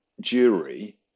jury